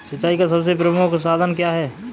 सिंचाई का सबसे प्रमुख साधन क्या है?